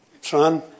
Son